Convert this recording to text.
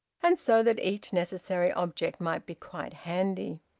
and so that each necessary object might be quite handy.